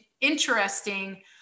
interesting